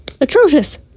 atrocious